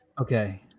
Okay